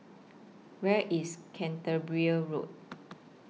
Where IS Road